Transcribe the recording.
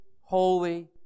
holy